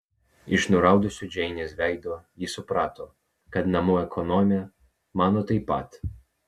iš nuraudusio džeinės veido ji suprato kad namų ekonomė mano taip pat